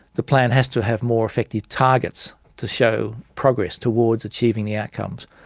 the plan has to have more effective targets to show progress towards achieving the outcomes.